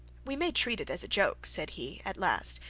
we may treat it as a joke, said he, at last,